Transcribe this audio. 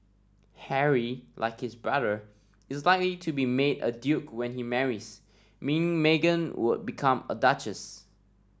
Harry like his brother is likely to be made a duke when he marries meaning Meghan would become a duchess